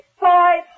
five